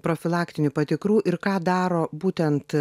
profilaktinių patikrų ir ką daro būtent